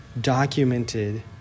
documented